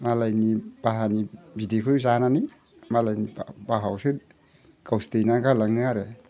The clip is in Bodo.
मालायनि बाहानि बिदैखौ जानानै मालायनि बाहायावसो खावसे दैनानै गालाङो आरो